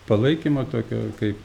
palaikymo tokio kaip